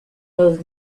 los